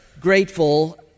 grateful